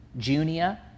Junia